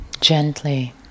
gently